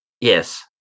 Yes